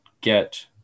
get